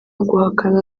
guhakana